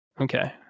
Okay